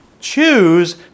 choose